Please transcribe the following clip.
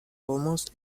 almost